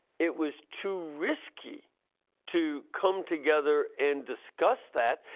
it was too risky to come together and discuss that.